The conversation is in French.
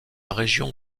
région